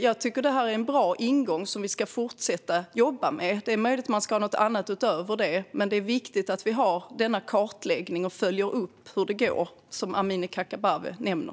Jag tycker att detta är en bra ingång som vi ska fortsätta jobba med. Det är möjligt att man ska ha något annat utöver det. Men det är viktigt att vi har denna kartläggning och följer upp hur det går, som Amineh Kakabaveh nämner.